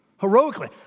heroically